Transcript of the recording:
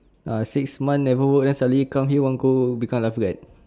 ah six months never work then suddenly come here want to go become lifeguard